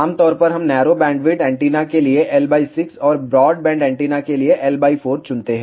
आमतौर पर हम नैरो बैंडविड्थ एंटीना के लिए L6 और ब्रॉडबैंड एंटीना के लिए L4 चुनते हैं